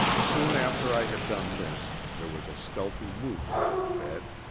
soon after i had done this there was a stealthy movement in the bed.